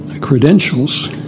credentials